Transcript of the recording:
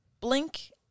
blink